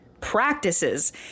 practices